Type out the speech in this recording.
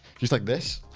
he's like this.